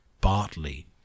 Bartley